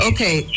Okay